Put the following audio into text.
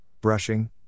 brushing